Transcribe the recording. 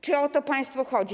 Czy o to państwu chodzi?